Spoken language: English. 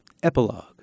epilogue